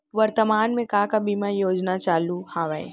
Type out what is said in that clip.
वर्तमान में का का बीमा योजना चालू हवये